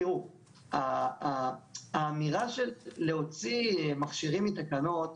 תראו, האמירה של להוציא מכשירים מתקנות,